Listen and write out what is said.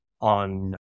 on